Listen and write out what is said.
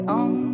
on